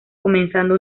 comenzando